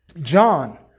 John